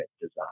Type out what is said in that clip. design